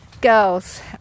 girls